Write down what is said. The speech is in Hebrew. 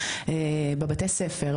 בבתי הספר,